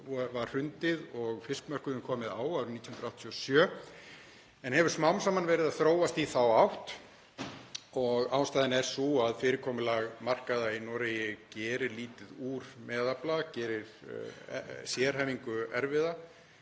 var hrundið og fiskmörkuðum komið á árið 1987 og hefur smám saman verið að þróast í þá átt og ástæðan er sú að fyrirkomulag markaða í Noregi gerir lítið úr meðafla, gerir sérhæfingu erfiða.